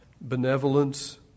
benevolence